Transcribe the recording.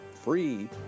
free